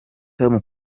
tom